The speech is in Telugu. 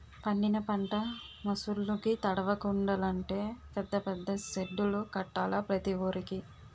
పండిన పంట ముసుర్లుకి తడవకుండలంటే పెద్ద పెద్ద సెడ్డులు కట్టాల ప్రతి వూరికి